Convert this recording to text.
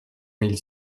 mille